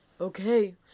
Okay